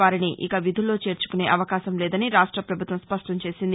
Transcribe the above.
వారిని ఇక విధుల్లో చేర్చుకునే అవకాశం లేదని రాష్ట ప్రభుత్వం స్పష్టంచేసింది